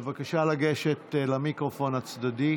בבקשה לגשת למיקרופון הצדדי.